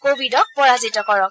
কোৱিডক পৰাজিত কৰক